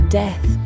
death